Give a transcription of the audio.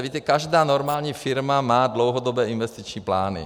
Víte, každá normální firma má dlouhodobé investiční plány.